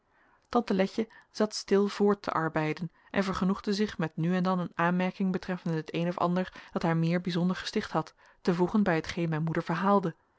tante letje zat stil voort te arbeiden en vergenoegde zich met nu en dan een aanmerking betreffende het een of ander dat haar meer bijzonder gesticht had te voegen bij hetgeen mijn moeder verhaalde